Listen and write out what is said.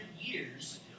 years